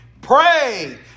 Pray